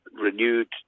renewed